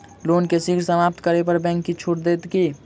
loan केँ शीघ्र समाप्त करै पर बैंक किछ छुट देत की